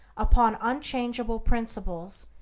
upon unchangeable principles,